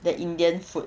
the indian food